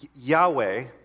Yahweh